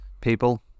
People